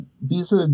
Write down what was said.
Visa